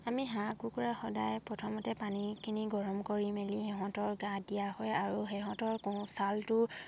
আমি হাঁহ কুকুৰা সদায় প্ৰথমতে পানীখিনি গৰম কৰি মেলি সিহঁতৰ হয় আৰু সিহঁতৰ ছালটো